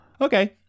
Okay